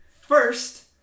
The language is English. First